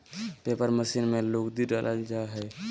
paper machine में लुगदी डालल जा हय